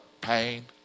Pain